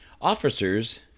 Officers